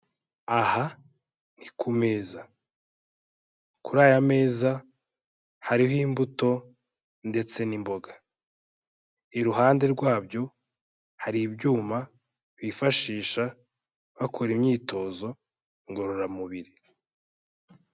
Aha ni ku meza, kuri aya meza hariho imbuto ndetse n'imboga, iruhande rwabyo hari ibyuma bifashisha bakora imyitozo ngororamubiri.